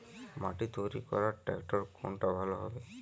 মাটি তৈরি করার ট্রাক্টর কোনটা ভালো হবে?